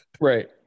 Right